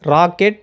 rocket